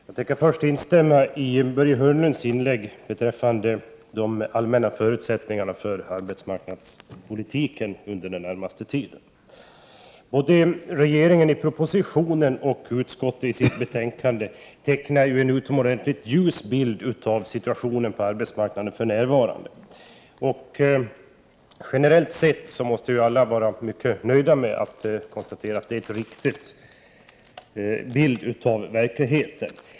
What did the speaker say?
Fru talman! Jag vill först instämma i Börje Hörnlunds inlägg beträffande de allmänna förutsättningarna för arbetsmarknadspolitiken under den närmaste tiden. Både regeringen i propositionen och utskottet i betänkandet tecknar en utomordentligt ljus bild av den nuvarande situationen på arbetsmarknaden. Generellt sett måste alla vara mycket nöjda med att det är en riktig bild av verkligheten.